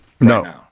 No